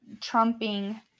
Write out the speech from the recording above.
trumping